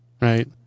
right